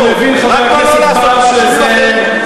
רק מה לא לעשות,